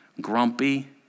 grumpy